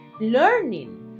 learning